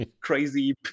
crazy